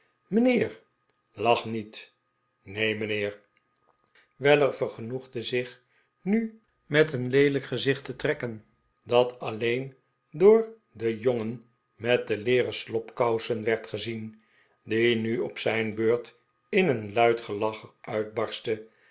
mijnheer lach niet neen mijnheer weller vergenoegde zich nu met een leelijk gezicht te trekken dat alleen door den jongen met de leeren slobkousen werd gezien die nu op zijn beurt in een luid gelach uitbarstte